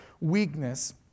weakness